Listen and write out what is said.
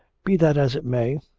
be that as it may,